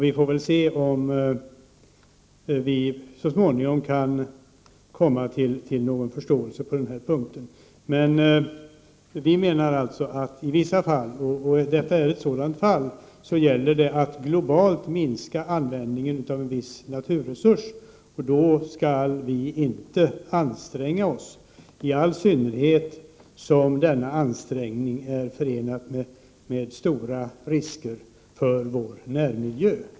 Vi får se om vi så småningom kan komma överens på den punkten, Från miljöpartiets sida menar vi således att det i vissa fall — detta är ett sådant fall — gäller att globalt minska användningen av en viss naturresurs. Då skall vi inte anstränga oss att utvinna den, i synnerhet som denna ansträngning är förenad med stora risker för vår närmiljö.